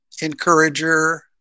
Encourager